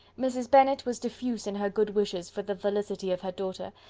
mrs. bennet was diffuse in her good wishes for the felicity of her daughter,